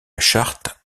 charte